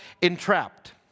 entrapped